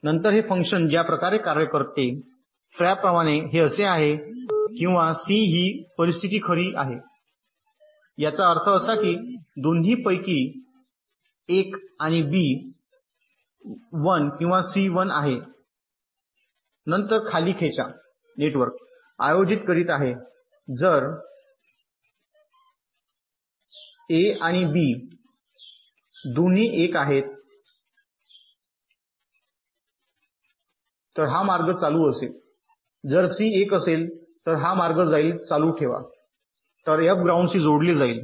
तर हे फंक्शन ज्या प्रकारे कार्य करते त्याप्रमाणे हे असे आहे किंवा सी ही परिस्थिती खरी आहे याचा अर्थ असा की दोन्हीपैकी ए आणि बी 1 किंवा सी 1 आहे नंतर खाली खेचा नेटवर्क आयोजित करीत आहेत जर ए आणि बी दोन्ही 1 आहेत तर हा मार्ग चालू असेल जर सी 1 असेल तर हा मार्ग जाईल चालू ठेवा तर एफ ग्राउंडशी जोडले जाईल